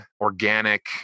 organic